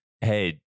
hey